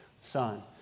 Son